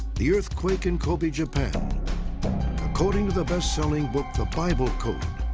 the earthquake in kobe, japan according to the best selling book, the bible code,